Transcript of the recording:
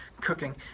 cooking